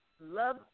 Love